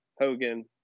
Hogan